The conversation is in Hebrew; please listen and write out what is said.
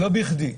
ולא בכדי.